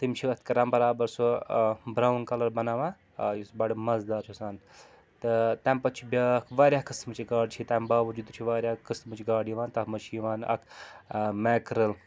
تِم چھِ اَتھ کَران برابر سُہ برٛاوُن کَلَر بَناوان آ یُس بَڈٕ مَزٕدار چھُ آسان تہٕ تَمہِ پَتہٕ چھِ بیٛاکھ واریاہ قٕسمٕچہِ گاڈ چھِ تَمہِ باوجوٗد چھِ واریاہ قٕسمٕچ گاڈٕ یِوان تَتھ منٛز چھِ یِوان اَکھ میکرل